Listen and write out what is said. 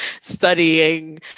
studying